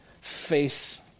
face